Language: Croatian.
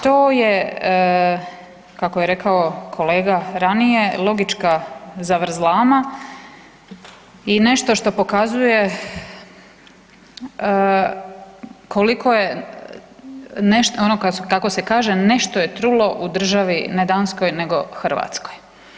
To je kako je rekao kolega ranije logička zavrzlama i nešto što pokazuje koliko je nešto, ono kako se kaže, nešto je trulo u državi ne Danskoj nego Hrvatskoj.